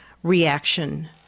reaction